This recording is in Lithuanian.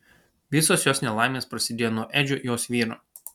visos jos nelaimės prasidėjo nuo edžio jos vyro